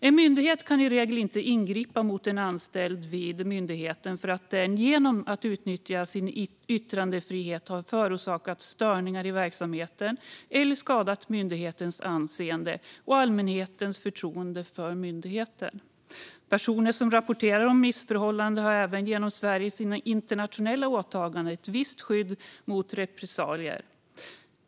En myndighet kan i regel inte ingripa mot en anställd vid myndigheten för att denne genom att utnyttja sin yttrandefrihet har förorsakat störningar i verksamheten eller skadat myndighetens anseende och allmänhetens förtroende för myndigheten. Personer som rapporterar om missförhållanden har även genom Sveriges internationella åtaganden ett visst skydd mot repressalier.